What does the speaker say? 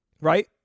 right